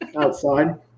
outside